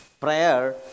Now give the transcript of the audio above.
prayer